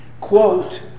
quote